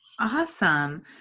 Awesome